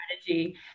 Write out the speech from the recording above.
strategy